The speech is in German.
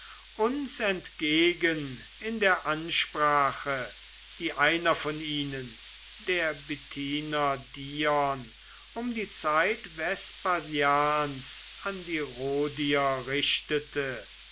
uns entgegen in der ansprache die einer von diesen der bithyner dion um die zeit vespasians an die rhodier richtete